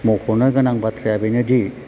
मख'नो गोनां बाथ्राया बेनोदि